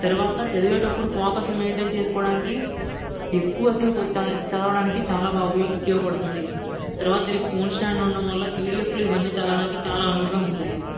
తరువాత చదివేటప్పుడు ఫోకస్ను మైంటైన్ చేసుకోవడానికి ఎక్కువ సేపు చదవడానికి చాల బాగా ఉపయోగపడుతుంది తరువాత దీనికి ఫోన్ స్టాండ్ ఉండడం వలన పిడిఎఫ్లు ఇవ్వన్ని చదవడానికి చాలా అనువుగా ఉంటుంది